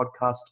podcast